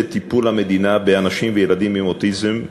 טיפול המדינה באנשים ובילדים עם אוטיזם.